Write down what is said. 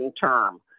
term